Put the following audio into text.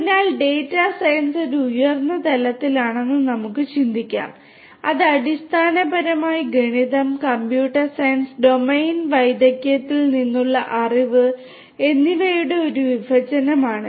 അതിനാൽ data science ഒരു ഉയർന്ന തലത്തിലാണെന്ന് നമുക്ക് ചിന്തിക്കാം അത് അടിസ്ഥാനപരമായി ഗണിതം കമ്പ്യൂട്ടർ സയൻസ് ഡൊമെയ്ൻ വൈദഗ്ധ്യത്തിൽ നിന്നുള്ള അറിവ് എന്നിവയുടെ ഒരു വിഭജനമാണ്